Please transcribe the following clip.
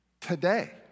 today